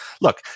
look